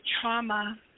trauma